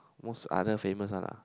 most other famous one ah